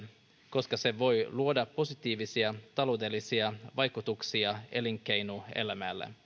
koska se voi luoda positiivisia taloudellisia vaikutuksia elinkeinoelämälle